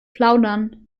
plaudern